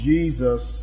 Jesus